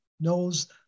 knows